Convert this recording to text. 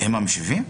עם המשיבים?